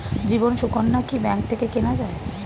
জীবন সুকন্যা কি ব্যাংক থেকে কেনা যায়?